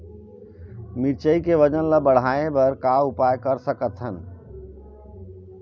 मिरचई के वजन ला बढ़ाएं बर का उपाय कर सकथन?